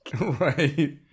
Right